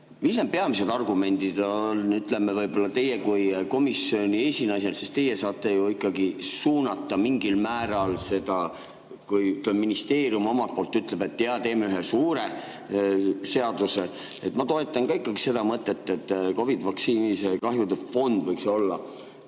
need peamised argumendid on, ütleme, teil kui komisjoni esinaisel? Sest teie saate ju ikkagi suunata mingil määral seda, kui ministeerium ütleb, et jaa, teeme ühe suure seaduse. Ma toetan ka seda mõtet, et COVID‑vaktsiini kahjude fond võiks olla